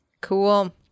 Cool